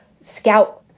scout